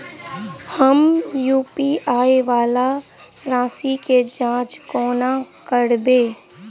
हम यु.पी.आई वला राशि केँ जाँच कोना करबै?